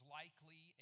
likely